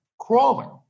Crawling